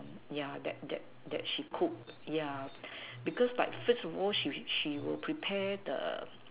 yeah that that that she cooked yeah because by first of all she she would prepare the